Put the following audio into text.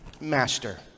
master